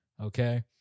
Okay